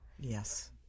yes